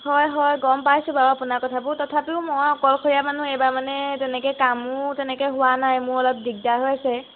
হয় হয় গম পাইছোঁ বাৰু আপোনাৰ কথাবোৰ তথাপিও মই অকলশৰীয়া মানুহ এইবাৰ মানে তেনেকৈ কামো তেনেকৈ হোৱা নাই মোৰ অলপ দিগদাৰ হৈছে